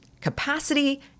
capacity